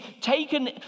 taken